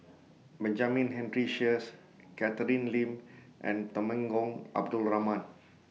Benjamin Henry Sheares Catherine Lim and Temenggong Abdul Rahman